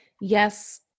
yes